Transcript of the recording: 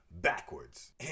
backwards